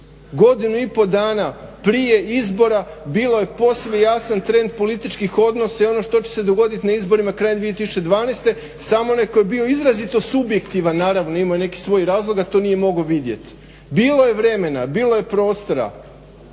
Godinu i pol dana prije izbora bilo je posve jasan trend političkih odnosa i ono što će se dogoditi na izborima krajem 2012., samo onaj koji je bio izrazito subjektivan, naravno imao je nekih svojih razloga to nije mogao vidjeti. Bilo je vremena, bilo je prostora